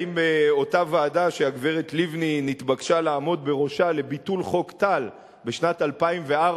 האם אותה ועדה שהגברת לבני נתבקשה לעמוד בראשה לביטול חוק טל בשנת 2004,